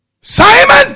Simon